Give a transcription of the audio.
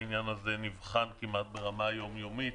העניין הזה נבחן ברמה כמעט יום יומית.